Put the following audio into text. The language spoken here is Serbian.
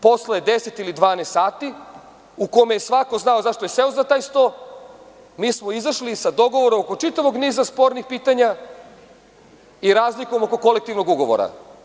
Posle 10 ili 12 sati, u kome je svako znao zašto je seo za taj sto, mi smo izašli sa dogovorom oko čitavog niza spornih pitanja i razlikom oko kolektivnog ugovora.